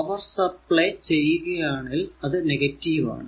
power supply ചെയ്യുകയാണേൽ അത് negative ആണ്